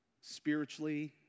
spiritually